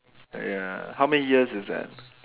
ya how many years is that